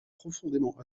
profondément